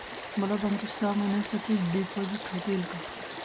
मला बँकेत सहा महिन्यांसाठी डिपॉझिट ठेवता येईल का?